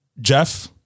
jeff